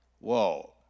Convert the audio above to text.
Whoa